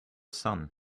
sun